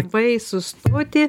trumpai sustoti